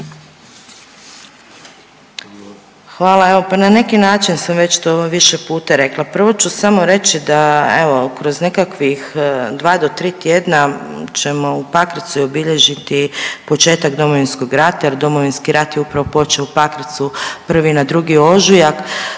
evo pa na neki način sam već to više puta rekla. Prvo ću samo reći da evo kroz nekakvih 2 d 3 tjedna ćemo u Pakracu i obilježiti početak Domovinskog rata jer Domovinski rat je upravo počeo u Pakracu 1. na 2. ožujak